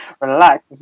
Relax